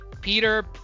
Peter